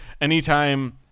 Anytime